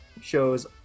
shows